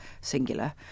singular